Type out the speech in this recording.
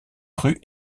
rue